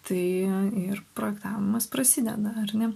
tai ir projektavimas prasideda ar ne